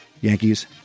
yankees